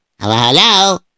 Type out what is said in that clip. Hello